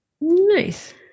Nice